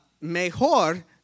mejor